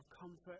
comfort